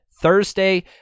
Thursday